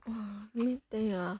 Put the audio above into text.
let me think ah